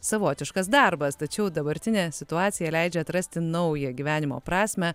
savotiškas darbas tačiau dabartinė situacija leidžia atrasti naują gyvenimo prasmę